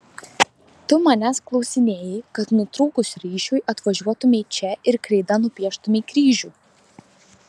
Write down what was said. tu manęs klausinėji kad nutrūkus ryšiui atvažiuotumei čia ir kreida nupieštumei kryžių